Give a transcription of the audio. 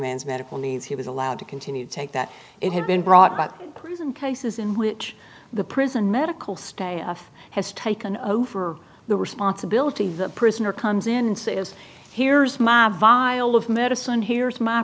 man's medical needs he was allowed to continue to take that it had been brought about prison cases in which the prison medical staff has taken over the responsibility of the prisoner comes in and says here's my vial of medicine